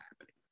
happening